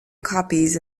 copies